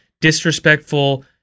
disrespectful